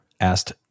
asked